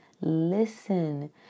Listen